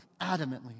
adamantly